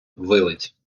вилиць